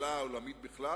בכלכלה העולמית בכלל,